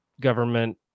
government